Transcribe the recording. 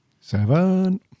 Seven